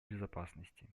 безопасности